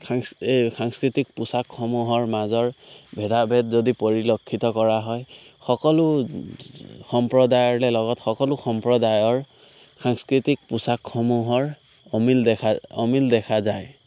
সাং এই সাংস্কৃতিক পোচাকসমূহৰ মাজৰ ভেদাভেদ যদি পৰিলক্ষিত কৰা হয় সকলো সম্প্ৰদায়ৰে লগত সকলো সম্প্ৰদায়ৰ সাংস্কৃতিক পোচাকসমূহৰ অমিল দেখা অমিল দেখা যায়